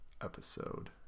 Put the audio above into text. episode